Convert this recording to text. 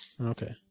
Okay